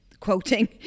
quoting